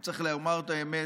וצריך לומר את האמת,